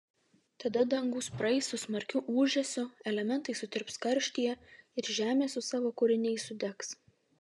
tada dangūs praeis su smarkiu ūžesiu elementai sutirps karštyje ir žemė su savo kūriniais sudegs